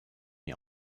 mir